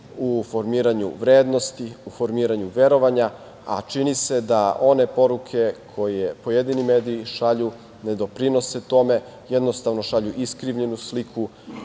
u formiranju vrednosti, u formiranju verovanja, a čini se da one poruke koje pojedini mediji šalju ne doprinose tome. Jednostavno, šalju iskrivljenu sliku